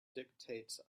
dictates